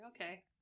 Okay